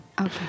Okay